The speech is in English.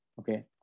Okay